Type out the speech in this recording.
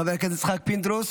חבר הכנסת יצחק פינדרוס,